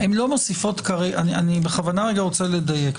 אני רוצה לדייק.